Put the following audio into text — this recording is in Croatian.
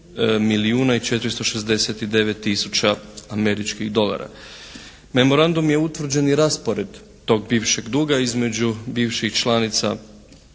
i 469 tisuća američkih dolara. Memorandumom je utvrđen i raspored tog bivšeg duga između bivših članica